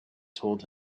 told